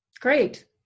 Great